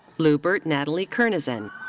lubert natalie kernizan.